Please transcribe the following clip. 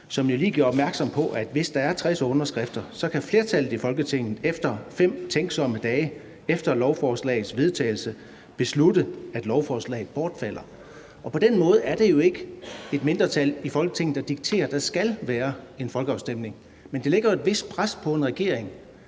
jo lige gjorde opmærksom på, at hvis der er 60 underskrifter, kan flertallet i Folketinget inden for 5 dage efter lovforslagets vedtagelse beslutte, at lovforslaget bortfalder. Og på den måde er det jo ikke et mindretal i Folketinget, der dikterer, at der skal være en folkeafstemning. Men det ligger jo et vist pres på en regering